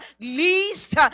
least